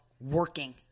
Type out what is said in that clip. working